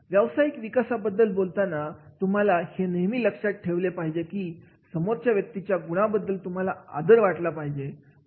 व्यावसायिक विकासाबद्दल बोलताना तुम्हाला हे नेहमी लक्षात ठेवले पाहिजे की समोरच्या व्यक्तीच्या गुणांबद्दल तुम्हाला आदर वाटत आला पाहिजे